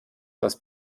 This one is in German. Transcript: das